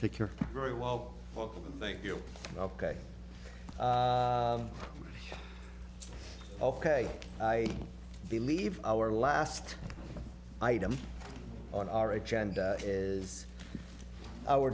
secure very well thank you ok ok i believe our last item on our agenda is our